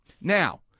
Now